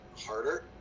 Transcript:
harder